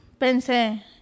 pensé